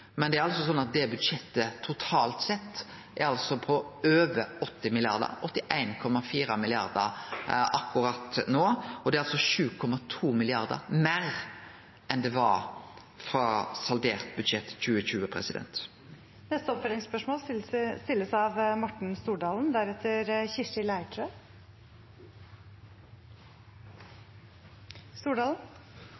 Men det budsjettet totalt sett er altså på over 80 mrd. kr – 81,4 mrd. kr akkurat no. Det er altså 7,2 mrd. kr meir enn det var etter saldert budsjett 2020. Det blir oppfølgingsspørsmål – først Morten Stordalen.